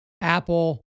Apple